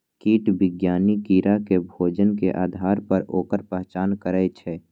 कीट विज्ञानी कीड़ा के भोजन के आधार पर ओकर पहचान करै छै